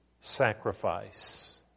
sacrifice